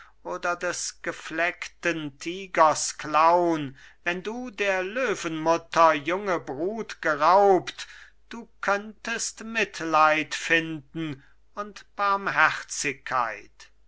oder des gefleckten tigers klaun wenn du der löwenmutter junge brut geraubt du könntest mitleid finden und barmherzigkeit